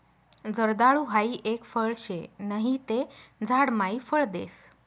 जर्दाळु हाई एक फळ शे नहि ते झाड मायी फळ देस